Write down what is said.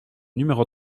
numéro